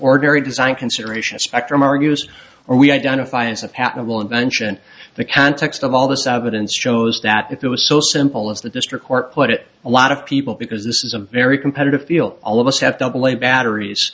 ordinary design considerations spectrum argues or we identify as a patent law invention the context of all this evidence shows that if it was so simple as the district court put it a lot of people because this is a very competitive field all of us have double a batteries